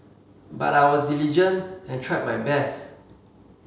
but I was diligent and tried my best